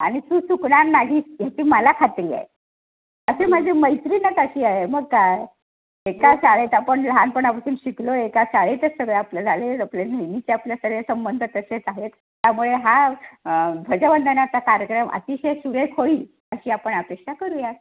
आणि तू चुकणार नाहीस ह्याची मला खात्री आहे असे माझी मैत्रिणच अशी आहे मग काय एका शाळेत आपण लहानपणापासून शिकलो एका शाळेतच सगळं आपलं झालं आहे आपलं नेहमीच्या आपले सगळ्या संबंध तसेच आहेत त्यामुळे हा ध्वजवंदनाचा कार्यक्रम अतिशय सुरेख होईल अशी आपण अपेक्षा करूया